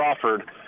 Crawford